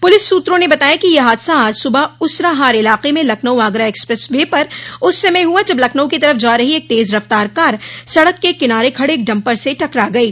police सूत्रों ने बताया कि यह हादसा आज सुबह उसराहार इलाके में लखनऊ आगरा एक्सप्रेस वे पर उस समय हुआ जब लखनऊ की तरफ जा रही एक तेज़ रफ्तार कार सड़क के किनारे खड़े एक डम्पर से टकरा गयी